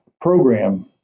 program